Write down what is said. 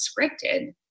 scripted